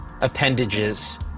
Appendages